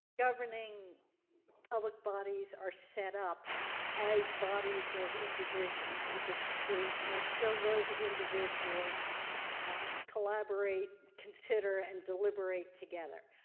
governing public bodies are set up as bodies of individuals is it's is that, so those individuals collaborate consider and deliberate together.